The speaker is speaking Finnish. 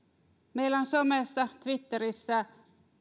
meillä on somessa twitterissä